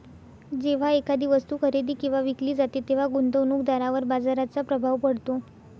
जेव्हा एखादी वस्तू खरेदी किंवा विकली जाते तेव्हा गुंतवणूकदारावर बाजाराचा प्रभाव पडतो